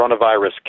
coronavirus